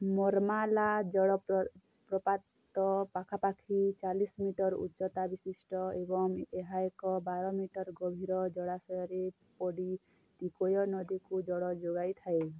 ମର୍ମାଲା ଜଳପ୍ରପାତ ପାଖାପାଖି ଚାଳିଶ ମିଟର ଉଚ୍ଚତା ବିଶିଷ୍ଟ ଏବଂ ଏହା ଏକ ବାର ମିଟର ଗଭୀର ଜଳାଶୟରେ ପଡ଼ି ତିକୋୟ ନଦୀକୁ ଜଳ ଯୋଗାଇଥାଏ